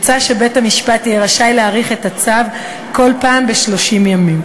מוצע שבית-המשפט יהיה רשאי להאריך את הצו כל פעם ב-30 ימים.